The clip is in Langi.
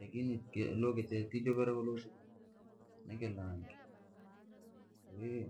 lakini ki- luga te tiijuvira lusika ni kilangi, kwahiyo.